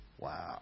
wow